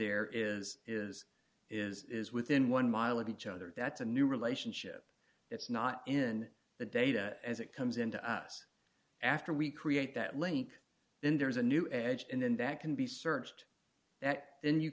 there is is is is within one mile of each other that's a new relationship it's not in the data as it comes into us after we create that link then there is a new edge and then that can be searched that then you